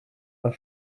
are